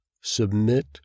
Submit